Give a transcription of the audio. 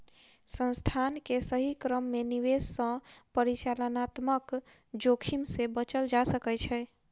संस्थान के सही क्रम में निवेश सॅ परिचालनात्मक जोखिम से बचल जा सकै छै